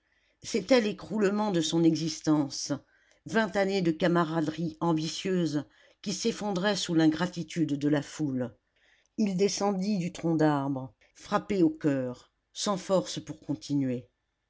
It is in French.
c'était l'écroulement de son existence vingt années de camaraderie ambitieuse qui s'effondraient sous l'ingratitude de la foule il descendit du tronc d'arbre frappé au coeur sans force pour continuer